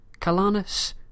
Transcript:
Calanus